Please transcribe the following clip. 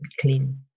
clean